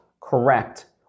correct